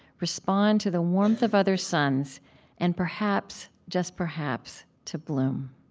respond to the warmth of other suns and, perhaps just perhaps to bloom.